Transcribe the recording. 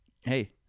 Hey